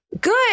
Good